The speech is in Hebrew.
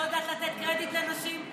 לא יודעת לתת קרדיט לנשים.